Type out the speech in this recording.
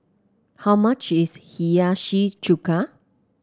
how much is Hiyashi Chuka